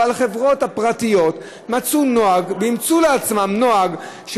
אבל החברות הפרטיות מצאו נוהג ואימצו לעצמן נוהג של